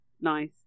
nice